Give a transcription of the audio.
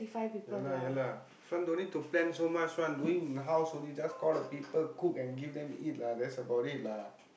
ya lah ya lah this one don't need to plan so much one doing house only just call the people cook and give them eat lah that's about it lah